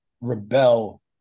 rebel